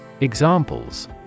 Examples